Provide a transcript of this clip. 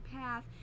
path